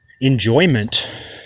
enjoyment